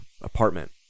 apartment